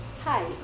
hi